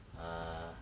err